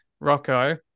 Rocco